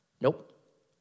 Nope